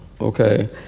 okay